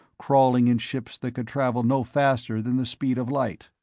crawling in ships that could travel no faster than the speed of light.